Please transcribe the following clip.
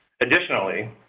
additionally